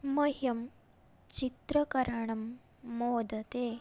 मह्यं चित्रकरणं मोदते